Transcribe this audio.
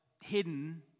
hidden